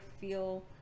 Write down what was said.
feel